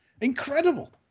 Incredible